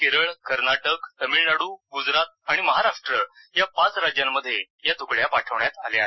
केरळ कर्नाटक तमिळनाडू गुजरात आणि महाराष्ट्र या पाच राज्यांमध्ये या तुकड्या पाठवण्यात आल्या आहेत